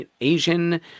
Asian